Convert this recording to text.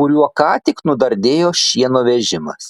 kuriuo ką tik nudardėjo šieno vežimas